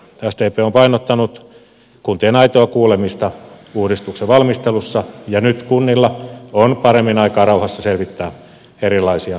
sdp on painottanut kuntien aitoa kuulemista uudistuksen valmistelussa ja nyt kunnilla on paremmin aikaa rauhassa selvittää erilaisia yhteistyövaihtoehtoja